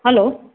hello